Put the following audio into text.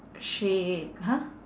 shape !huh!